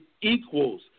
equals